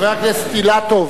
חבר הכנסת אילטוב,